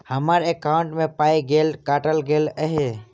हम्मर एकॉउन्ट मे पाई केल काटल गेल एहि